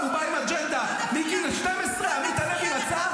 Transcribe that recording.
עם כל הכבוד לך, אמרתי לך שלא קראת את החוק.